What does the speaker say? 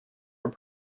are